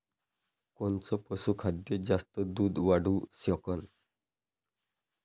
कोनचं पशुखाद्य जास्त दुध वाढवू शकन?